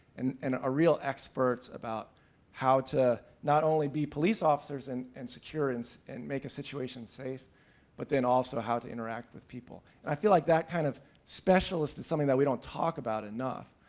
and and ah real experts about how to not only be police officers and and secure are in so and making situations safe but then also how to interact with people. i feel like that kind of specialist is something we don't talk about enough.